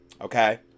okay